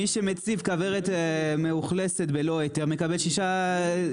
מי שמציב כוורת מאוכלסת בלא היתר מקבל שישה חודשי מאסר.